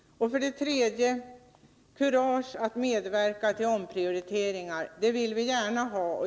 För det tredje vill vi gärna ha kurage att medverka till omprioriteringar.